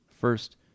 First